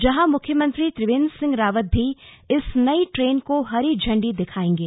जहां मुख्यमंत्री त्रिवेंद्र सिंह रावत भी इस नई ट्रेन को हरी झंडी दिखाएंगे